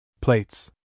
Plates